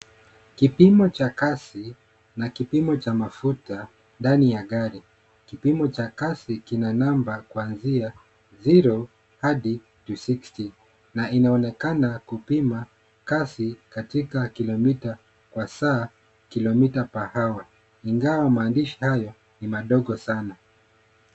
Kipimo cha kasi na kipimo cha mafuta ndani ya gari. Kipimo cha kasi kina namba kuanzia zero hadi three sixty na inaonekana kupima kasi katika kilomita kwa saa kilometre per hour ingawa maandishi hayo ni madogo sana.